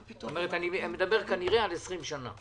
אני מדבר, כנראה, על 20 שנה.